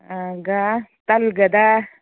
ꯒ ꯇꯜꯒꯗ